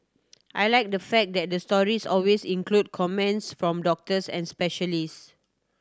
I like the fact that the stories always include comments from doctors and specialists